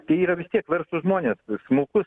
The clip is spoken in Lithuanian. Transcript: tai yra tiek verslo žmonės smukus